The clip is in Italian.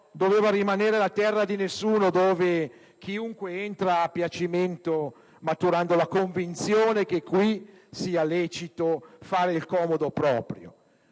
doveva rimanere la terra di nessuno, dove chiunque entra a piacimento maturando la convinzione che qui sia lecito fare il comodo proprio.